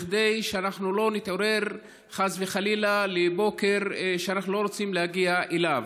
כדי שאנחנו לא נתעורר חס וחלילה לבוקר שאנחנו לא רוצים להגיע אליו.